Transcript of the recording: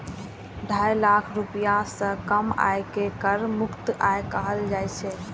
ढाई लाख रुपैया सं कम आय कें कर मुक्त आय कहल जाइ छै